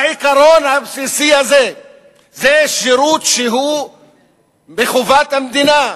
העיקרון הבסיסי הוא שזה שירות שהוא מחובת המדינה,